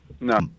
No